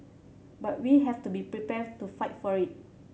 but we have to be prepared to fight for it